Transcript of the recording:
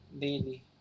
Daily